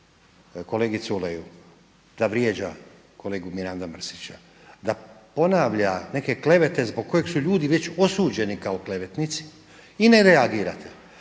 kolegi Culeju da vrijeđa kolegu Miranda Mrsića, da ponavlja neke klevete zbog kojih su ljudi već osuđeni kao klevetnici i ne reagirate.